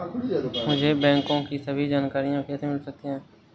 मुझे बैंकों की सभी जानकारियाँ कैसे मिल सकती हैं?